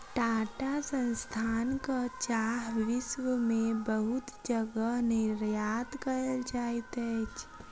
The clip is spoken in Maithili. टाटा संस्थानक चाह विश्व में बहुत जगह निर्यात कयल जाइत अछि